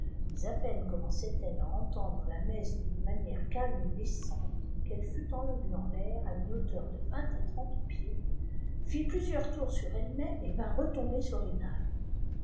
mais à peine cprapepçait ele entendre la messe d'une manière calme et dceijte qu'elle fut enlevée en l'air à une hauteur de vingt à trente pieds çt plusieurs tnurs sur elle-même et vint retomba sur i dlles